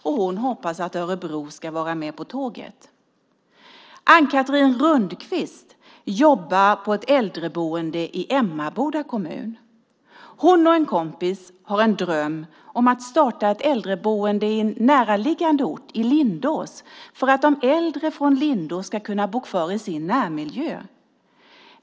Susanne hoppas att Örebro är med på tåget. Ann-Chatrine Rundqvist jobbar på ett äldreboende i Emmaboda kommun. Ann-Chatrine och en kompis har en dröm om att starta ett äldreboende på en näraliggande ort, i Lindås, för att de äldre från Lindås ska kunna bo kvar i sin närmiljö.